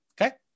Okay